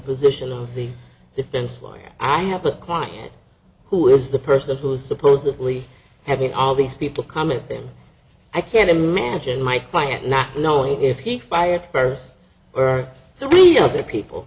position of the defense lawyer i have a client who is the person who is supposedly having all these people commenting i can't imagine my client not knowing if he fired first or three other people